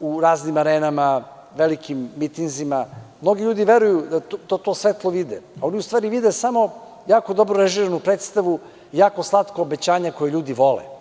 u raznim arenama, velikim mitinzima, mnogi ljudi veruju da to svetlo vide, a oni u stvari vide samo jako dobro režiranu predstavu, jako slatko obećanje koje ljudi vole.